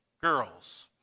girls